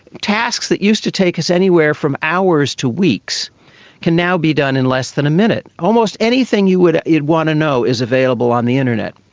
tasks that used to take us anywhere from hours to weeks can now be done in less than a minute. almost anything you would want to know is available on the internet.